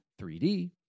3D